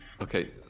okay